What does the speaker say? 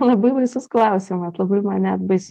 labai baisus klausimas labai man net baisu